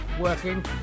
working